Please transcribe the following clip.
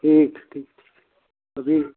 ठीक ठीक अभी